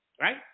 right